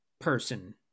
person